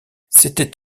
c’était